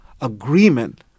agreement